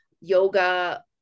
yoga